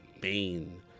Bane